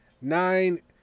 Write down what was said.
nine